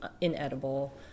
inedible